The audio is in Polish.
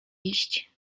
iść